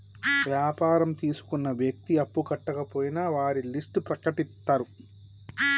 వ్యాపారం తీసుకున్న వ్యక్తి అప్పు కట్టకపోయినా వారి లిస్ట్ ప్రకటిత్తరు